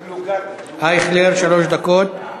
אייכלר, שלוש דקות.